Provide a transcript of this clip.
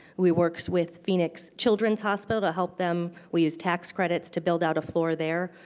we worked with phoenix children's hospital to help them. we used tax credits to build out a floor there.